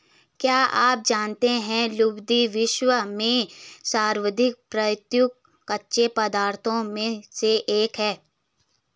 क्या आप जानते है लुगदी, विश्व में सर्वाधिक प्रयुक्त कच्चे पदार्थों में से एक है?